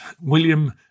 William